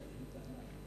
אין לי טענה,